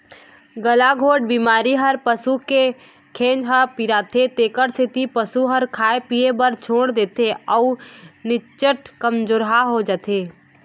गलाघोंट बेमारी म पसू के घेंच ह पिराथे तेखर सेती पशु ह खाए पिए बर छोड़ देथे अउ निच्चट कमजोरहा हो जाथे